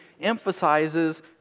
emphasizes